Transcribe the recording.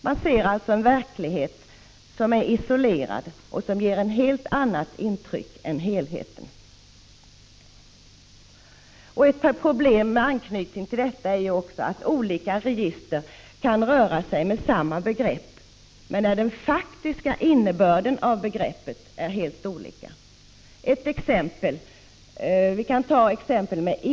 Man ser en isolerad del av verkligheten som ger ett helt annat intryck än helheten. Ett problem med anknytning till detta är att olika register kan röra sig med samma begrepp, men där den faktiska innebörden av begreppet är helt olika. Vi kan ta begreppet inkomst som exempel.